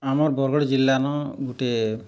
ଆମର୍ ବରଗଡ଼୍ ଜିଲ୍ଲା ନ ଗୁଟେ